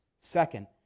Second